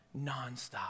nonstop